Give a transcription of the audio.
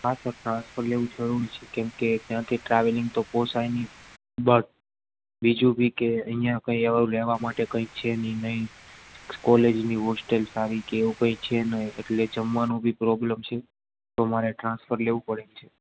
હાં તો ટ્રાન્સફર લેવાનું છે કેમકે ત્યાંથી ટ્રાવેલિંગ તો પોસાય નઇ અ બીજું બી કે અહિયાં કઈ એવું રહેવા માટે કઈ છે નઇ કોલેજની હોસ્ટેલ સારી કે એવું કઈ છે નઇ એટલે જમવાનું બી પ્રોબ્લેમ છે તો મારે ટ્રાન્સફર લેવું પડે